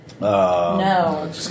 No